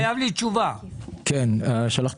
חישוב לינארי מתוך הצעת חוק ההתייעלות הכלכלית (תיקוני